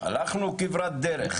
הלכנו כברת דרך,